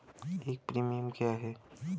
एक प्रीमियम क्या है?